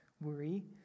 worry